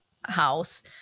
house